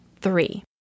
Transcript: three